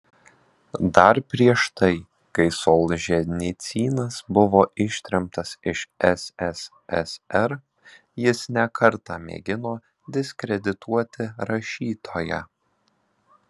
dar prieš tai kai solženicynas buvo ištremtas iš sssr jis ne kartą mėgino diskredituoti rašytoją